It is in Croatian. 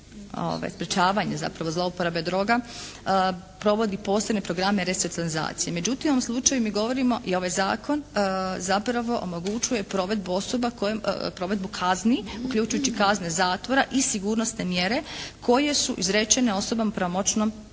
zapravo zlouporabe droga provodi posebne programe resocijalizacije. Međutim, u ovom slučaju mi govorimo i ovaj zakon zapravo omogućuje provedbu osoba, provedbu kazni uključujući kazne zatvora i sigurnosne mjere koje su izrečene osobama pravomoćnom